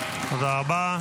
(מחיאות כפיים) תודה רבה.